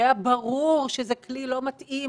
שהיה ברור שזה כלי לא מתאים,